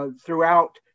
throughout